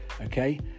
Okay